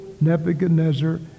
Nebuchadnezzar